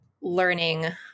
learning